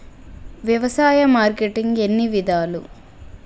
వ్యవసాయ మార్కెటింగ్ ఎన్ని విధాలు?